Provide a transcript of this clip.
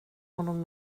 honom